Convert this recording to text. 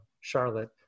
Charlotte